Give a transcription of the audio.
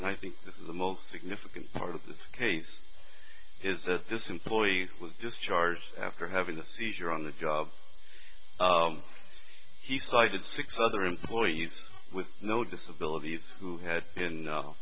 and i think this is the most significant part of this case is that this employee was discharged after having a seizure on the job he cited six other employees with no disability who had been